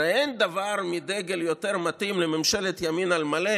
הרי אין דגל יותר מתאים לממשלת ימין על מלא